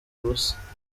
ubusa